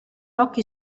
occhi